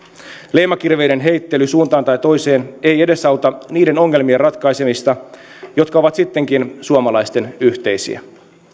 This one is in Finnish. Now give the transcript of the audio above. leimakirveiden heittely suuntaan tai toiseen ei edesauta niiden ongelmien ratkaisemista jotka ovat sittenkin suomalaisten yhteisiä